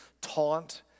taunt